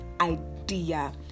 idea